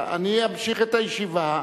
אני אמשיך את הישיבה.